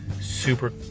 super